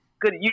good